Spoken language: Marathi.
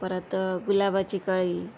परत गुलाबाची कळी